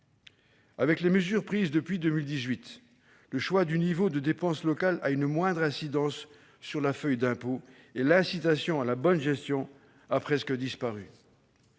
cause des mesures prises depuis 2018, le choix du niveau des dépenses locales a une moindre incidence sur la feuille d'impôt, sans compter que l'incitation à la bonne gestion a presque disparu.